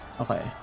okay